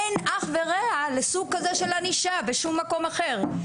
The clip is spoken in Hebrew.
אין אח ורע לסוג כזה של ענישה, בשום מקום אחר.